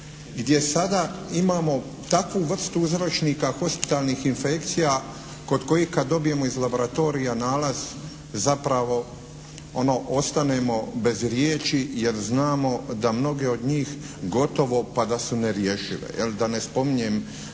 gdje sada imamo takvu vrstu uzročnika hospitalnih infekcija kod kojih kada dobijemo iz laboratorija nalaz zapravo ono ostanemo bez riječi jer znamo da mnoge od njih gotovo pa da su nerješive,